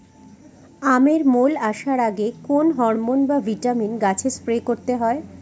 আমের মোল আসার আগে কোন হরমন বা ভিটামিন গাছে স্প্রে করতে হয়?